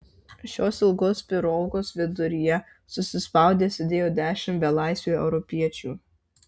šios ilgos pirogos viduryje susispaudę sėdėjo dešimt belaisvių europiečių